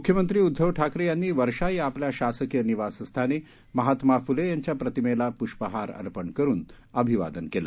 मुख्यमंत्री उद्धव ठाकरे यांनी वर्षा या आपल्या शासकीय निवासस्थानी महात्मा फुले यांच्या प्रतिमेला पुष्पहार अर्पण करून अभिवादन केलं